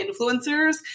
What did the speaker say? influencers